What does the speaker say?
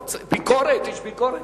ביקורת, יש ביקורת.